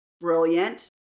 Brilliant